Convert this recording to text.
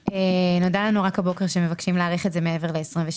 נודע לנו רק הבוקר שמבקשים להאריך את זה מעבר ל-2023.